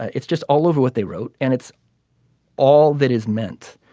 it's just all over what they wrote and it's all that is meant